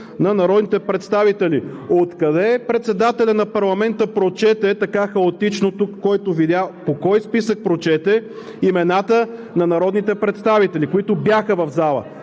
на народните представители“. Откъде председателят на парламента прочете така хаотично тук, който видя? По кой списък прочете имената на народните представители, които бяха в залата?